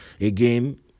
again